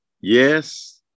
Yes